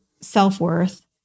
self-worth